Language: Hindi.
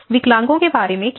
विकलांगों के बारे में क्या